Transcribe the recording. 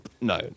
no